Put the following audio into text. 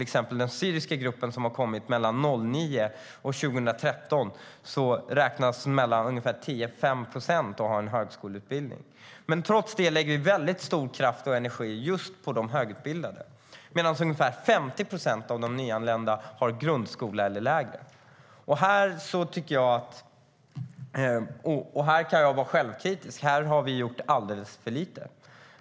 Av de syrier som kom hit mellan 2009 och 2013 har 5-10 procent en högskoleutbildning. Vi lägger stor kraft och mycket energi på de högskoleutbildade trots att ungefär 50 procent av de nyanlända har grundskolekompetens eller mindre. Låt mig vara självkritisk: Vi har gjort alldeles för lite.